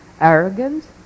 arrogant